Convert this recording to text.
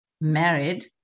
married